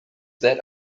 that